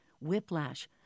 whiplash